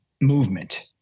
movement